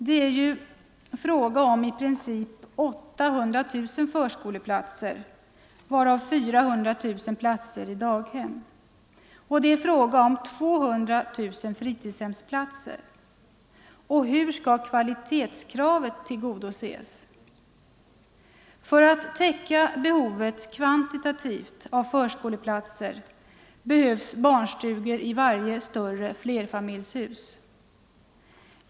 Det är ju fråga om i princip 800 000 förskoleplatser, varav 400 000 platser i daghem, och det är fråga om ett akut behov av 200 000 fritidshemsplatser. Och hur skall kvalitetskravet tillgodoses? För att täcka behovet kvantitativt av förskoleplatser behövs barnstugor i varje större flerfamiljshus.